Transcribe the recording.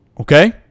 Okay